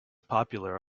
popular